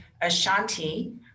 Ashanti